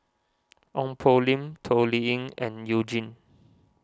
Ong Poh Lim Toh Liying and You Jin